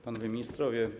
Panowie Ministrowie!